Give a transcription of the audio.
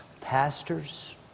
pastors